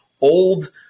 old